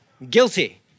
Guilty